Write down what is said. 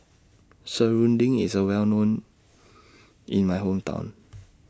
Serunding IS Well known in My Hometown